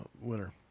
winner